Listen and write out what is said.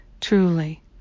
Truly